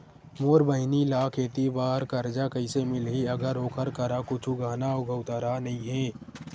मोर बहिनी ला खेती बार कर्जा कइसे मिलहि, अगर ओकर करा कुछु गहना गउतरा नइ हे?